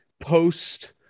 post